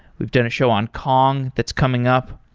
we've done a show on kong that's coming up,